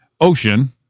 Ocean